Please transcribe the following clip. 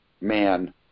man